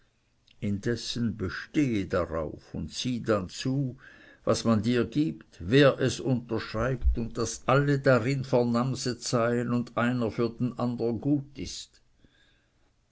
indessen bestehe darauf und sieh dann zu was man dir gibt wer es unterschreibt und daß darin alle vernamset seien und einer für den andern gut ist